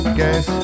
guess